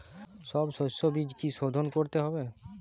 সব শষ্যবীজ কি সোধন করতে হবে?